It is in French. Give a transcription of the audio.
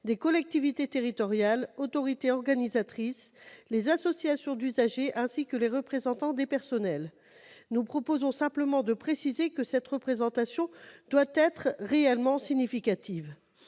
des collectivités territoriales, des autorités organisatrices, des associations d'usagers, ainsi que des représentants des personnels. Nous proposons simplement de préciser que cette représentation doit être significative.